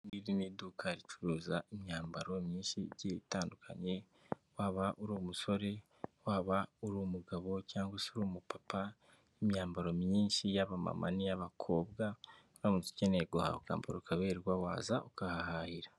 Iri ngiri ni iduka ricuruza imyambaro myinshi igiye itandukanye, waba uri umusore, waba uri umugabo cyangwa se uri umupapa, imyambaro myinshi y'abamama n'iy'abakobwa, uramutse ukeneye guhaha ukambara ukaberwa waza ukahahahira.